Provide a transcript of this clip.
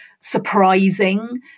surprising